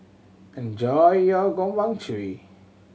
enjoy your